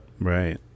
right